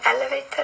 elevator